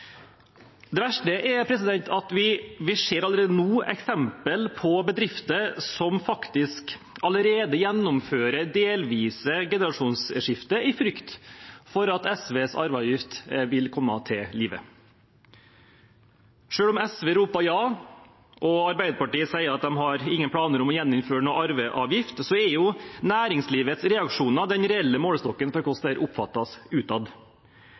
Det verste er at vi ser allerede nå eksempler på bedrifter som faktisk allerede gjennomfører delvis generasjonsskifte i frykt for at SVs arveavgift vil settes ut i live. Selv om SV roper ja og Arbeiderpartiet sier at de har ingen planer om å gjeninnføre noen arveavgift, er næringslivets reaksjoner den reelle målestokken for hvordan det oppfattes utad.